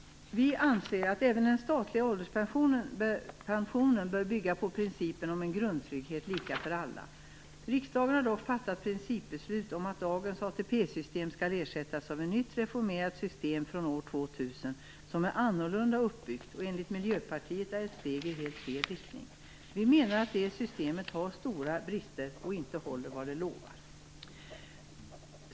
Vi anser att även den statliga ålderspensionen bör bygga på principen om en grundtrygghet som är lika för alla. Riksdagen har dock fattat principbeslut om att dagens ATP-system skall ersättas av ett nytt reformerat system från år 2000 som är annorlunda uppbyggt. Det är enligt Miljöpartiet ett steg i helt fel riktning. Vi menar att det systemet har stora brister och inte håller vad det lovar.